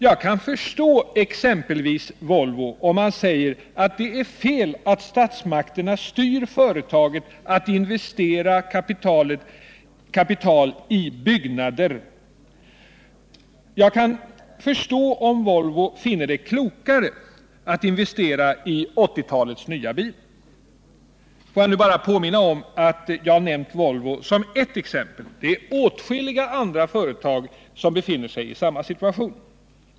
Jag kan förstå exempelvis Volvo när man säger att det är fel att statsmakterna styr företaget att investera kapital i byggnader. Och jag kan förstå om Volvo finner det klokare att investera i 1980-talets nya bil. Jag vill påminna om att jag bara nämnt Volvo som ett exempel. Åtskilliga andra företag befinner sig i samma situation.